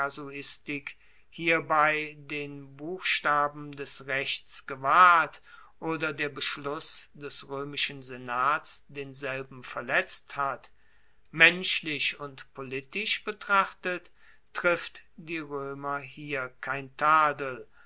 hierbei den buchstaben des rechts gewahrt oder der beschluss des roemischen senats denselben verletzt hat menschlich und politisch betrachtet trifft die roemer hier kein tadel